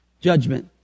judgment